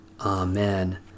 Amen